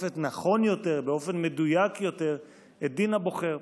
משקפת נכון יותר, באופן מדויק יותר, את דין הבוחר.